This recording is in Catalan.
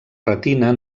retina